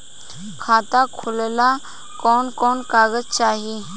खाता खोलेला कवन कवन कागज चाहीं?